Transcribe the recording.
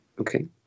okay